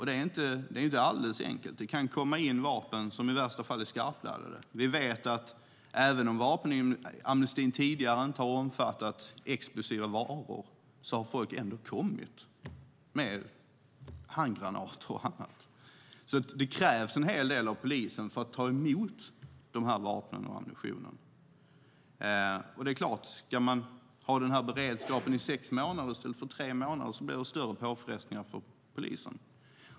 Det är inte alldeles enkelt. Det kan komma in vapen som i värsta fall är skarpladdade. Vi vet att även om vapenamnestin inte tidigare har omfattat explosiva varor har folk ändå kommit med handgranater och annat. Det krävs därför en hel del av polisen för att ta emot dessa vapen och denna ammunition. Ska man ha denna beredskap i sex månader i stället för tre månader blir det större påfrestningar på polisen.